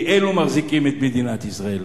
כי אלו מחזיקים את מדינת ישראל.